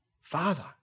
father